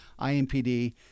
IMPD